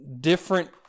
different